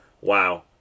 Wow